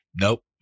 Nope